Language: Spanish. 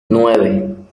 nueve